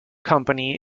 company